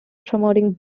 promoting